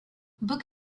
book